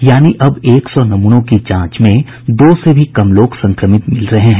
यानि अब एक सौ नमूनों की जांच में दो से भी कम लोग संक्रमित मिल रहे हैं